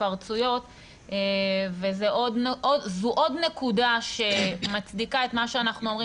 ההתפרצויות וזו עוד נקודה שמצדיקה את מה שאנחנו אומרים